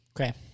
Okay